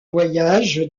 voyage